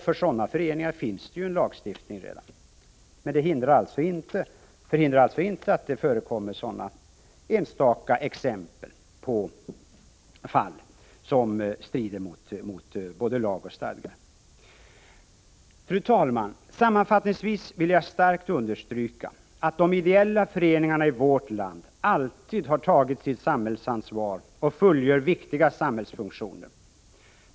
För sådana föreningar finns ju redan lagstiftning, men det förhindrar inte att det förekommer enstaka fall som strider mot både lag och stadgar. Fru talman! Sammanfattningsvis vill jag starkt understryka att de ideella föreningarna i vårt land alltid har tagit sitt samhällsansvar och fullgör viktiga samhällsfunktioner.